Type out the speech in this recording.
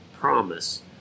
promise